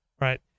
right